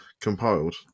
compiled